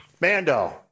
Mando